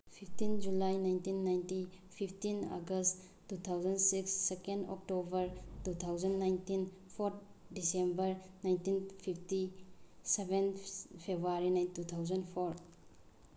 fifteen July nineteen ninety fifteen August two thousand six second October two thousand nineteen fourth December nineteen fifteen seven February two thousand four